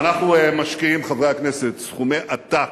אנחנו משקיעים, חברי הכנסת, סכומי עתק,